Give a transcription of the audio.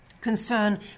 Concern